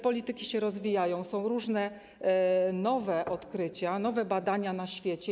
Polityki się rozwijają, są różne nowe odkrycia, nowe badania na świecie.